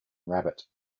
rabbit